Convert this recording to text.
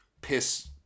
piss